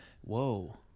Whoa